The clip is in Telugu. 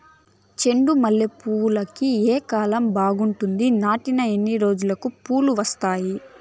చెండు మల్లె పూలుకి ఏ కాలం బావుంటుంది? నాటిన ఎన్ని రోజులకు పూలు వస్తాయి?